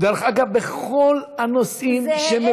דרך אגב, בכל הנושאים, זה העלה.